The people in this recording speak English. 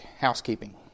housekeeping